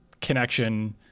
connection